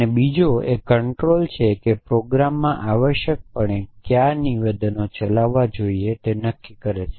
અને બીજો એ કંટ્રોલ છે કે પ્રોગ્રામમાં આવશ્યકપણે કયા નિવેદનો ચલાવવા જોઈએ તે નક્કી કરે છે